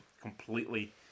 completely